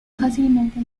fácilmente